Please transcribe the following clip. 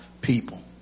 people